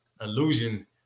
illusion